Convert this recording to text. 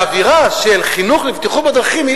האווירה של חינוך לבטיחות בדרכים היא